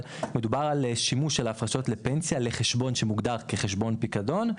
אבל מדובר בשימוש של ההפרשות לפנסיה לחשבון שמוגדר חשבון פיקדון,